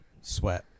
Sweat